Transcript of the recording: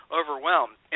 overwhelmed